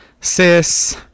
sis